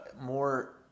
more